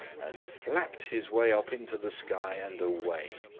and flapped his way up into the sky and away.